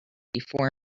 before